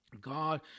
God